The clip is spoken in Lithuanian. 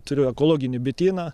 turiu ekologinį bityną